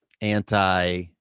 anti